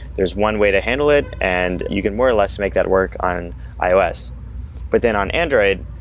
there's one way to handle it and you can more or less make that work on ios but then on android,